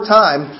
time